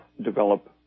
develop